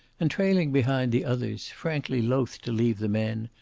and trailing behind the others, frankly loath to leave the men,